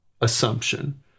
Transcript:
assumption